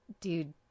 dude